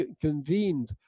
convened